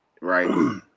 right